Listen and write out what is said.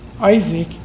Isaac